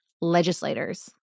legislators